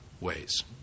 ways